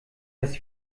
das